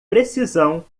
precisão